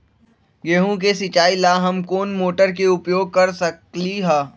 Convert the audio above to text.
गेंहू के सिचाई ला हम कोंन मोटर के उपयोग कर सकली ह?